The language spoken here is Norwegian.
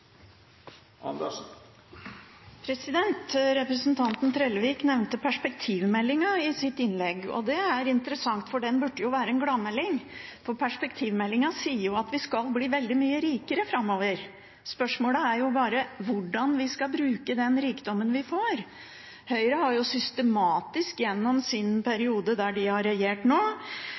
Representanten Trellevik nevnte perspektivmeldingen i sitt innlegg, og det er interessant for den burde være en gladmelding – perspektivmeldingen sier at vi skal bli veldig mye rikere framover. Spørsmålet er bare hvordan vi skal bruke den rikdommen vi får. Høyre har systematisk gjennom sin periode når de nå har regjert,